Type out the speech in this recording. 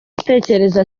atekereza